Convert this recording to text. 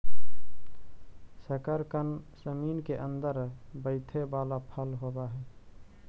शकरकन जमीन केअंदर बईथे बला फल होब हई